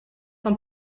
van